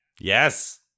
Yes